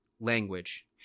language